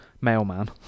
Mailman